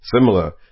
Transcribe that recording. Similar